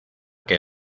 que